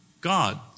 God